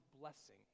blessing